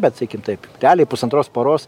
bet sakykim taip realiai pusantros paros